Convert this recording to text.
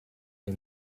che